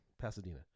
Pasadena